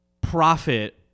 profit